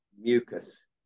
mucus